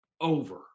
over